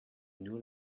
nur